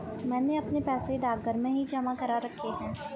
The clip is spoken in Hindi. मैंने अपने पैसे डाकघर में ही जमा करा रखे हैं